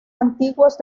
antiguos